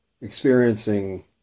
experiencing